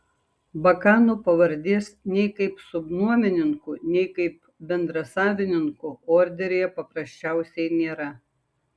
bakanų pavardės nei kaip subnuomininkų nei kaip bendrasavininkų orderyje paprasčiausiai nėra